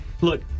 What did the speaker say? Look